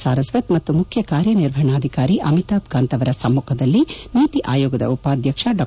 ಸಾರಸ್ವತ್ ಮತ್ತು ಮುಖ್ಯ ಕಾರ್ಯನಿರ್ವಹಣಾಧಿಕಾರಿ ಅಮಿತಾಬ್ ಕಾಂತ್ ಅವರ ಸಮ್ಮುಖದಲ್ಲಿ ನೀತಿಯ ಆಯೋಗದ ಉಪಾಧ್ವಕ್ಷ ಡಾ